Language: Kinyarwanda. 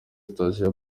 station